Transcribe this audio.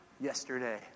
yesterday